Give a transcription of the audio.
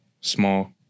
small